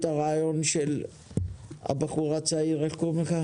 ושל אלון.